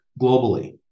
globally